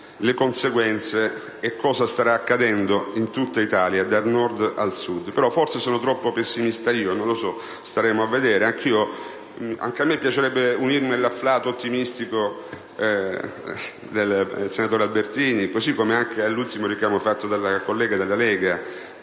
di riordino e cosa starà accadendo in tutta Italia, dal Nord al Sud. Forse sono troppo pessimista, non lo so, staremo a vedere. Anche a me piacerebbe unirmi all'afflato ottimistico del senatore Albertini, così come al richiamo della senatrice della Lega,